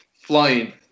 flying